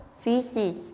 feces